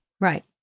Right